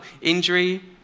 injury